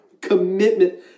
commitment